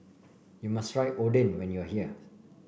you must try Oden when you are here